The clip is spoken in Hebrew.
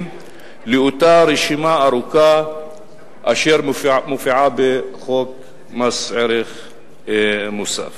לאותה רשימה ארוכה אשר מופיעה בחוק מס ערך מוסף.